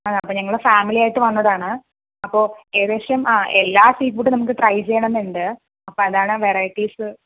ആ അപ്പൊ ഞങ്ങള് ഫാമിലിയായിട്ട് വന്നതാണ് അപ്പൊ ഏകദേശം ആ എല്ലാ സീ ഫുഡും നമുക്ക് ട്രൈ ചെയ്യണമെന്നുണ്ട് അപ്പൊ അതാണ് വെറൈറ്റീസ്